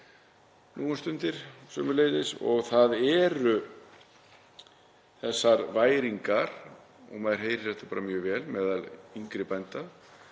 nú um stundir sömuleiðis og það eru þessar væringar. Maður heyrir það bara mjög vel meðal yngri bænda